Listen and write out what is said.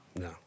No